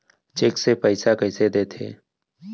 Cheque से पइसा कइसे देथे?